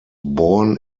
born